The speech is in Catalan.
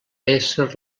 ésser